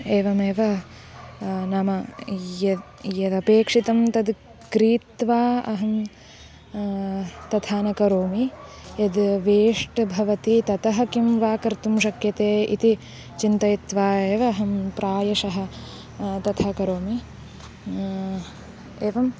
एवमेव नाम यत् यदपेक्षितं तद् क्रीत्वा अहं तथा न करोमि यद् वेष्ट् भवति ततः किं वा कर्तुं शक्यते इति चिन्तयित्वा एव अहं प्रायशः तथा करोमि एवम्